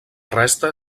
resta